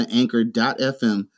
anchor.fm